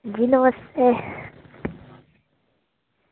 जी नमस्ते